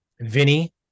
Vinny